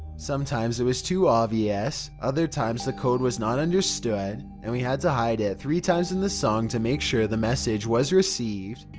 sometimes it was too obvious, other times the code was not understood, and we had to hide it three times in the song to make sure the message was received.